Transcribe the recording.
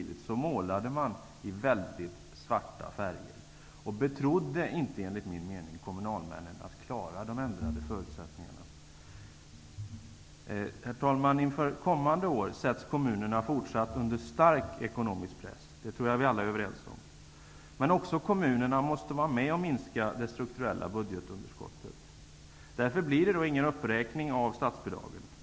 Redan då målade Socialdemokraterna i väldigt mörka färger. De betrodde inte kommunalmännen med att klara de ändrade förutsättningarna. Herr talman! Inför kommande år sätts kommunerna under fortsatt stark ekonomisk press. Det tror jag att vi alla är överens om. Men kommunerna måste också vara med och minska det strukturella budgetunderskottet. Därför blir det ingen uppräkning av statsbidraget.